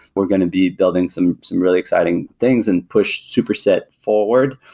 we're going to be building some some really exciting things and push superset forward.